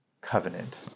covenant